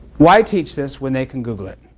why teach this when they can google it?